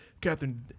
Catherine